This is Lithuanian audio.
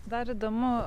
dar įdomu